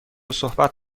صحبت